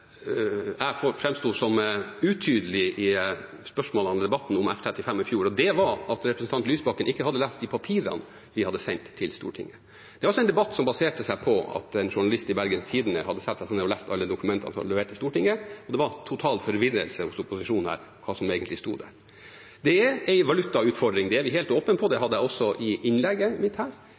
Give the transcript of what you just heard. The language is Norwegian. jeg framsto som utydelig i spørsmålene og debatten om F-35 i fjor, og det var at representanten Lysbakken ikke hadde lest de papirene vi hadde sendt til Stortinget. Det var en debatt som baserte seg på at en journalist i Bergens Tidende hadde satt seg ned og lest alle dokumentene som var levert til Stortinget, og det var total forvirring hos opposisjonen om hva som egentlig sto der. Det er en valutautfordring. Det er vi helt åpne på. Det hadde jeg også med i innlegget mitt.